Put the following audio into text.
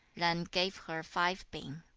yen gave her five ping.